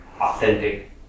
authentic